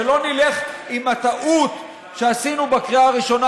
שלא נלך עם הטעות שעשינו בקריאה הראשונה